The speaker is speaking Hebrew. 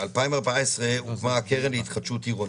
ב-2014 הוקמה הקרן להתחדשות עירונית.